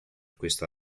questa